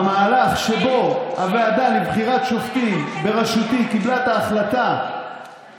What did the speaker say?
המהלך שבו הוועדה לבחירת שופטים בראשותי קיבלה את ההחלטה